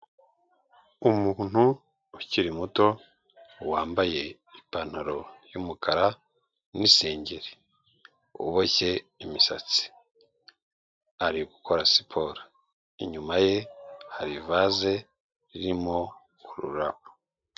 Umuntu ukiri muto wambaye ipantaro y'umukara n'isengeri uboshye imisatsi ari gukora siporo, inyuma ye hari ivaze ririmo ururabo.